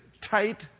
tight